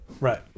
Right